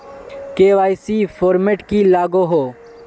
KYC format की लागोहो?